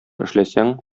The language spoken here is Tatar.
эшләсәң